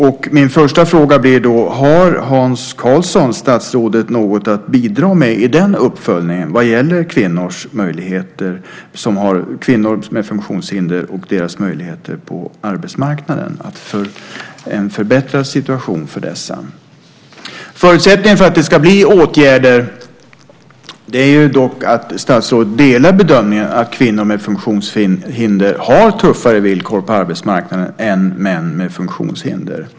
Min första fråga blir därför: Har statsrådet Hans Karlsson något att bidra med i den uppföljningen vad gäller de funktionshindrade kvinnornas möjligheter till en förbättrad situation på arbetsmarknaden? Förutsättningen för att få i gång åtgärder är förstås att statsrådet delar bedömningen att kvinnor med funktionshinder har tuffare villkor på arbetsmarknaden än män med funktionshinder.